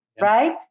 right